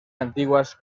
antiguas